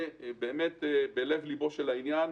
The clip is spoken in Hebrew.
זה באמת בלב ליבו של העניין,